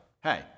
Hey